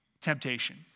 temptation